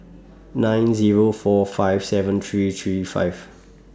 nine Zero four five seven three three five